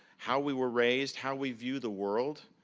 how we were raised, how we view the world,